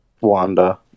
Wanda